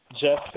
Jeff